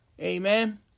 Amen